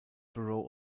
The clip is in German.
bureau